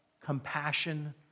compassion